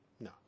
No